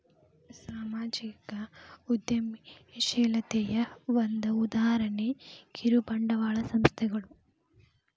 ಸಾಮಾಜಿಕ ಉದ್ಯಮಶೇಲತೆಯ ಒಂದ ಉದಾಹರಣೆ ಕಿರುಬಂಡವಾಳ ಸಂಸ್ಥೆಗಳು